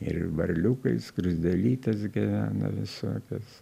ir varliukai skruzdėlytės gyvena visokios